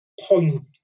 point